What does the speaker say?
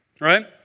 right